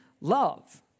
love